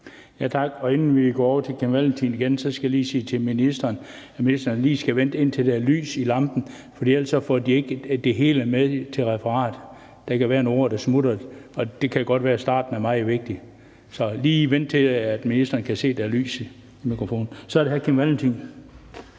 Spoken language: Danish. Tak. Inden vi går over til hr. Kim Valentin igen, skal jeg lige sige til ministeren, at ministeren lige skal vente, til der er lys i lampen, for ellers kommer det hele ikke med i referatet; så kan der være nogle ord, der smutter, og det kan jo godt være, at starten er meget vigtig. Så vent lige, til ministeren kan se, at der er lys i mikrofonen. Så er det hr. Kim Valentin.